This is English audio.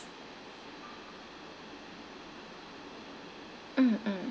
uh um